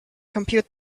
compute